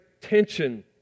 tension